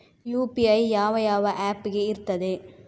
UPI ಯಾವ ಯಾವ app ಗೆ ಇರ್ತದೆ?